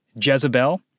Jezebel